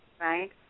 Right